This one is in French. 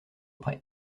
prêt